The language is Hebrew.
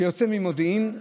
שיוצא ממודיעין.